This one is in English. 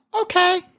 Okay